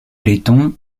letton